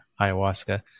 ayahuasca